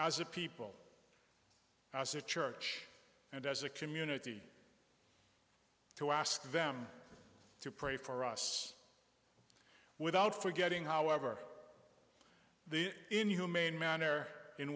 as a people as a church and as a community to ask them to pray for us without forgetting however the inhumane man air in